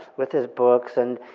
with his books. and